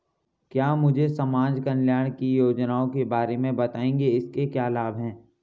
क्या मुझे समाज कल्याण की योजनाओं के बारे में बताएँगे इसके क्या लाभ हैं?